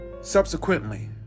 subsequently